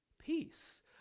Peace